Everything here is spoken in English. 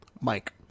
Mike